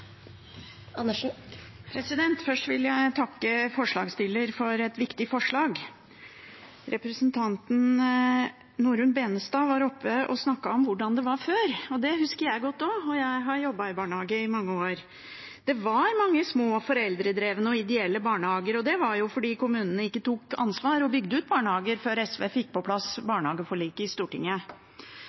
Først vil jeg takke forslagsstilleren for et viktig forslag. Representanten Norunn Benestad var oppe og snakket om hvordan det var før, og det husker jeg godt også, og jeg har jobbet i barnehage i mange år. Det var mange små foreldredrevne og ideelle barnehager, og det var jo fordi kommunene ikke tok ansvar og bygde ut barnehager før SV fikk på plass barnehageforliket i Stortinget.